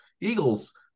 eagles